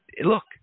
look